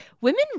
women